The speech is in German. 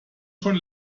schon